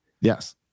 Yes